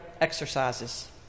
exercises